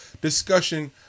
discussion